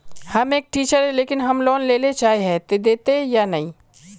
हम एक टीचर है लेकिन हम लोन लेले चाहे है ते देते या नय?